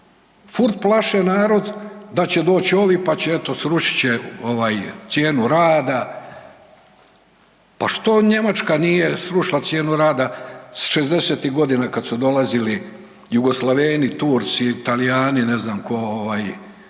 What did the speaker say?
furt plaše narod da će doći ovi pa će eto srušit će ovaj cijenu rada, pa što Njemačka nije srušila cijenu rada 60-tih godina kad su dolazili Jugoslaveni, Turci, Talijani ne znam tko ovaj